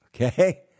Okay